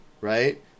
right